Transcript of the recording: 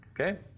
Okay